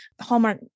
Hallmark